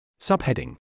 Subheading